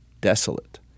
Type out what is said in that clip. desolate